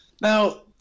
Now